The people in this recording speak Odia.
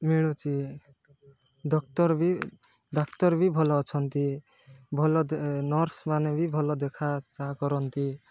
ମିଳୁଛି ଡକ୍ତର ବି ଡାକ୍ତର ବି ଭଲ ଅଛନ୍ତି ଭଲ ନର୍ସ ମାନେ ବି ଭଲ ଦେଖା ଚାହାଁ କରନ୍ତି